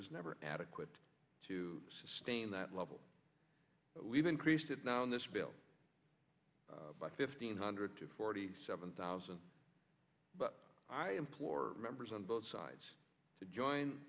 was never adequate to sustain that level we've increased it now in this bill by fifteen hundred forty seven thousand but i implore members on both sides to join